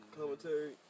Commentary